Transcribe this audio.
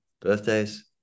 birthdays